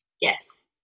yes